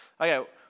Okay